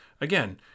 Again